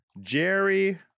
Jerry